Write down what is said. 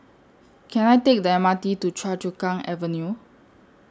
Can I Take The M R T to Choa Chu Kang Avenue